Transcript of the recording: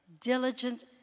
diligent